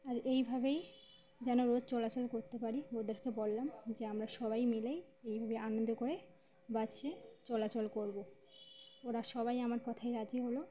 আর এইভাবেই যেন রোজ চলাচল করতে পারি ওদেরকে বললাম যে আমরা সবাই মিলে এইভাবে আনন্দ করে বাসে চলাচল করব ওরা সবাই আমার কথায় রাজি হলো